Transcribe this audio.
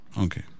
Okay